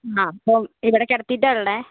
അപ്പം ഇവിടെ കിടത്തിയിട്ടാ ഉള്ളത്